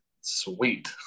sweet